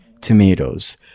tomatoes